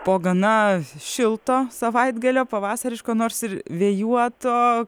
po gana šilto savaitgalio pavasariško nors ir vėjuoto